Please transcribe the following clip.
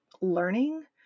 learning